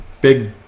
big